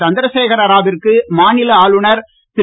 சந்திரசேகர ராவிற்கு மாநில ஆளுநர் திரு